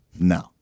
No